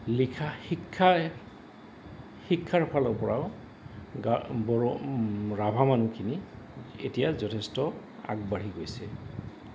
লিখা শিক্ষা শিক্ষাৰ ফালৰ পৰাও বড়ো ৰাভা মানুহখিনি এতিয়া যথেষ্ট আগবাঢ়ি গৈছে